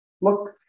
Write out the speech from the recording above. Look